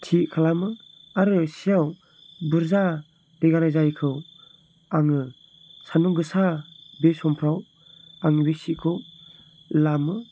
थि खालामो आरो सियाव बुरजा दै गारजायैखौ आङो सान्दुं गोसा समफ्राव बे सिखौ लामो